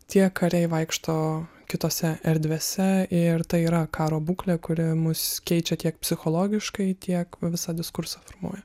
tie kariai vaikšto kitose erdvėse ir tai yra karo būklė kuri mus keičia tiek psichologiškai tiek va visą diskursą formuoja